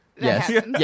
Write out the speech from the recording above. yes